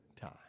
time